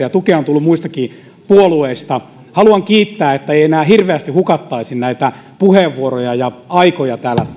ja tukea on tullut muistakin puolueista haluan kiittää että ei enää hirveästi hukattaisi näitä puheenvuoroja ja aikoja täällä